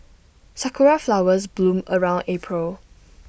Sakura Flowers bloom around April